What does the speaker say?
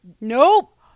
nope